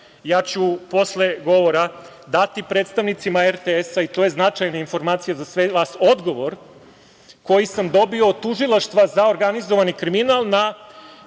ja ću posle govora dati predstavnicima RTS, i to je značajna informacija, odgovor koji sam dobio od Tužilaštva za organizovani kriminal na